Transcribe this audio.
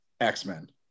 X-Men